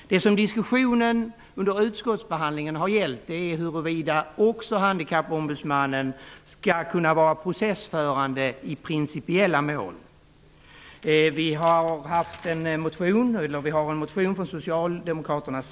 Under utskottsbehandlingen har diskussionen gällt huruvida Handikappombudsmannen också skall kunna vara processförande i principiella mål. Från Socialdemokraternas sida har vi en motion i ämnet.